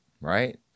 Right